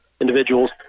individuals